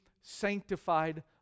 sanctified